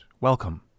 Welcome